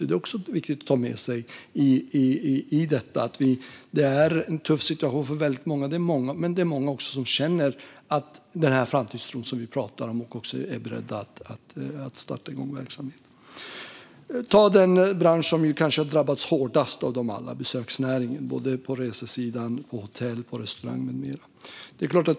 Det är viktigt att ta med sig i detta. Det är en tuff situation för väldigt många. Men det är också många som känner den framtidstro som vi talar om och som är beredda att starta igång verksamhet. Vi kan ta den bransch som kanske har drabbats hårdast av dem alla, nämligen besöksnäringen - både på resesidan och hotell och restauranger med mera.